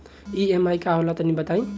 EMI का होला तनि बताई?